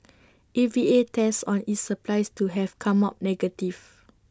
A V A tests on its supplies to have come up negative